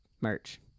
merch